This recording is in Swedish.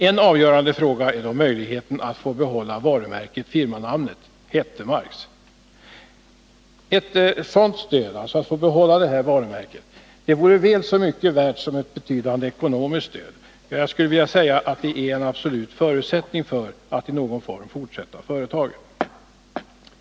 En avgörande fråga är då om det finns någon möjlighet att få behålla firmanamnet Hettemarks. Ett sådant stöd vore väl så mycket värt som ett betydande ekonomiskt stöd. Ja, jag skulle vilja säga att det är en absolut förutsättning för att verksamheten i någon mån skall kunna fortsätta vid företaget.